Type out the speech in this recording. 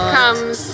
comes